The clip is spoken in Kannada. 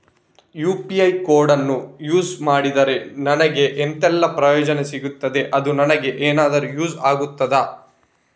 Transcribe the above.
ಯು.ಪಿ.ಐ ಕೋಡನ್ನು ಯೂಸ್ ಮಾಡಿದ್ರೆ ನನಗೆ ಎಂಥೆಲ್ಲಾ ಪ್ರಯೋಜನ ಸಿಗ್ತದೆ, ಅದು ನನಗೆ ಎನಾದರೂ ಯೂಸ್ ಆಗ್ತದಾ?